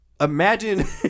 imagine